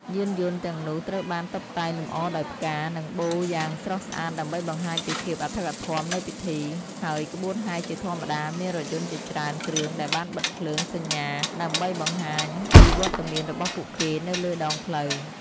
យានយន្តទាំងនោះត្រូវបានតុបតែងលម្អដោយផ្កា និងបូយ៉ាងស្រស់ស្អាតដើម្បីបង្ហាញពីភាពអធិកអធមនៃពិធី ហើយក្បួនហែរជាធម្មតាមានរថយន្តជាច្រើនគ្រឿងដែលបានបិទភ្លើងសញ្ញាដើម្បីបង្ហាញពីវត្តមានរបស់ពួកគេនៅលើដងផ្លូវ។